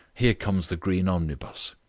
here comes the green omnibus!